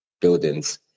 buildings